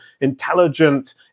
intelligent